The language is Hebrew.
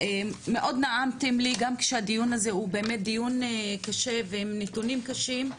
מאוד נעמתם לי גם כשהדיון הזה הוא באמת דיון קשה ונתונים קשים,